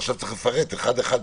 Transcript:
עכשיו צריך לפרט אחד אחד,